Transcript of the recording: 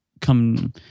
come